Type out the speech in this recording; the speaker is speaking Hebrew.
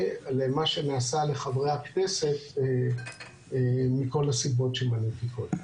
ולמה שנעשה לחברי הכנסת מכל הסיבות שמניתי קודם.